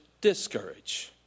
discourage